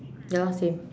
ya loh same